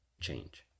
change